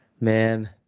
Man